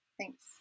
thanks